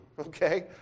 okay